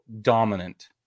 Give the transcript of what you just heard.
dominant